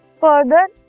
further